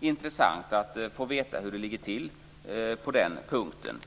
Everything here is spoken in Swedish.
intressant att få veta hur det ligger till på den punkten.